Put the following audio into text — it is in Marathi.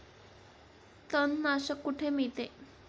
तणनाशक कुठे मिळते?